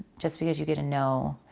just because you get a no,